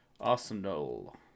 Arsenal